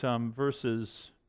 verses